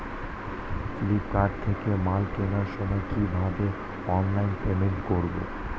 Flipkart থেকে মাল কেনার সময় কিভাবে অনলাইনে পেমেন্ট করব?